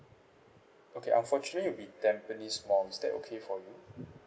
okay unfortunately it'll be tampines mall is that okay for you